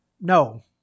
No